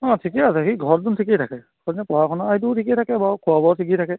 অ ঠিকে আছে সি ঘৰতচোন ঠিকেই থাকে পঢ়া শুনা এইটোও ঠিকে থাকে বাৰু খোৱা বোৱাও ঠিকে থাকে